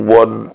one